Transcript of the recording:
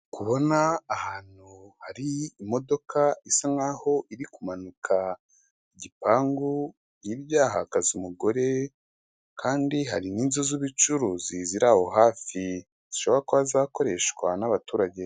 Ndi Kubona ahantu hari imodoka isa nkaho iri kumanuka igipangu hirya hahagaze umugore kandi hari n'inzu z'ubucuruzi ziri aho hafi zishobora kuba zakoreshwa n'abaturage .